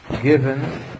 Given